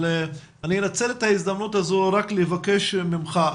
אני אנצל את ההזדמנות הזו לבקש ממך,